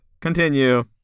Continue